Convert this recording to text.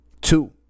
two